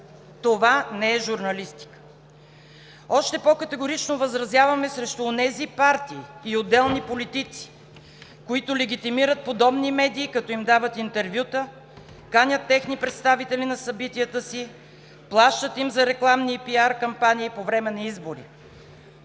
Това не е журналистика! Още по-категорично възразяваме срещу онези партии и отделни политици, които легитимират подобни „медии“, като им дават интервюта, канят техни представители на събитията си, плащат им за рекламни и PR кампании по време на избори.